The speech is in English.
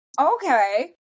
okay